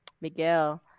Miguel